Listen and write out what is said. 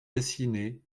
dessinées